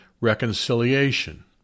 reconciliation